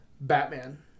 Batman